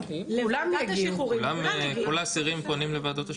כל האסירים פונים לוועדת שחרורים?